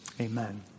amen